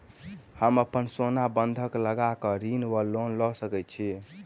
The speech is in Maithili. हम अप्पन सोना बंधक लगा कऽ ऋण वा लोन लऽ सकै छी?